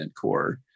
core